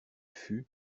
fut